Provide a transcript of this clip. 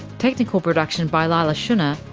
technical production by leila shunnar,